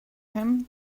him